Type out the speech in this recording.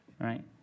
right